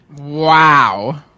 Wow